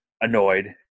annoyed